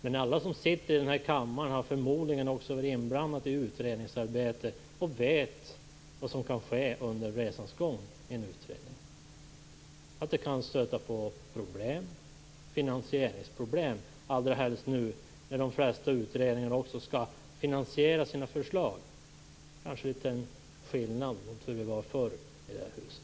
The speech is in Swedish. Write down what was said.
Men alla som sitter i denna kammare har förmodligen också varit inblandade i utredningsarbete och vet vad som kan ske under resans gång i en utredning. Man kan stöta på finansieringsproblem, allra helst nu när de flesta utredningar också skall finansiera sina förslag. Det kanske är litet skillnad mot hur det var förr i det här huset.